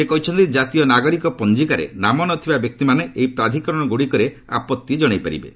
ସେ କହିଛନ୍ତି ଜାତୀୟ ନାଗରୀକ ପଞ୍ଜିକାରେ ନାମ ନଥିବା ବ୍ୟକ୍ତିମାନେ ଏହି ପ୍ରାଧିକରଣଗୁଡ଼ିକରେ ଆପଭି ଜଣାଇ ପାରିବେ